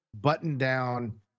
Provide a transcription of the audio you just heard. button-down